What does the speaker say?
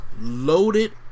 loaded